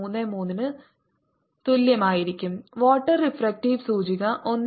33 ന് തുല്യമായിരിക്കും വാട്ടർ റിഫ്രാക്റ്റീവ് സൂചിക 1